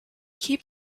keep